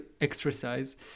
exercise